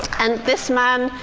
and this man,